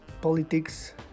politics